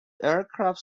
aircraft